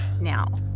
now